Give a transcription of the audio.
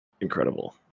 incredible